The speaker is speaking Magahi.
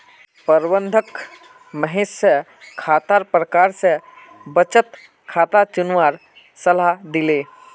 प्रबंधक महेश स खातार प्रकार स बचत खाता चुनवार सलाह दिले